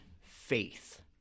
faith